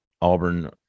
Auburn